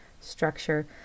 structure